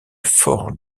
fort